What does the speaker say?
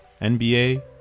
NBA